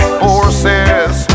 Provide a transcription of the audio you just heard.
forces